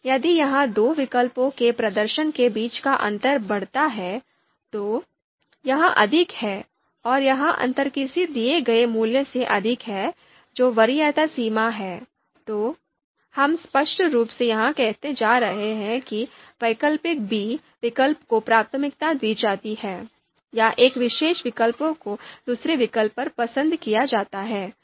यदि यह दो विकल्पों के प्रदर्शन के बीच का अंतर बढ़ता है तो यह अधिक है और यह अंतर किसी दिए गए मूल्य से अधिक है जो वरीयता सीमा है तो हम स्पष्ट रूप से यह कहने जा रहे हैं कि alternative बी विकल्प को प्राथमिकता दी जाती है या एक विशेष विकल्प को दूसरे विकल्प पर पसंद किया जाता है